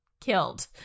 killed